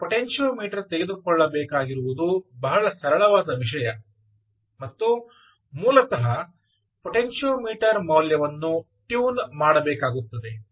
ನೀವು ಪೊಟೆನ್ಷಿಯೋಮೀಟರ್ ತೆಗೆದುಕೊಳ್ಳಬೇಕಾಗಿರುವುದು ಬಹಳ ಸರಳವಾದ ವಿಷಯ ಮತ್ತು ಮೂಲತಃ ಪೊಟೆನ್ಷಿಯೋಮೀಟರ್ ಮೌಲ್ಯವನ್ನು ಟ್ಯೂನ್ ಮಾಡಬೇಕಾಗುತ್ತದೆ